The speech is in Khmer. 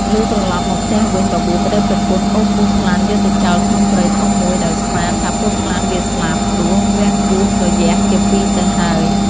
លុះត្រលប់មកផ្ទះវិញបបួលប្ដីប្រពន្ធអូសពស់ថ្លាន់យកទៅចោលក្នុងព្រៃធំមួយដោយស្មាន ថាពស់ថ្លាន់វាស្លាប់ ព្រោះវះពោះរយះជាពីរទៅហើយ។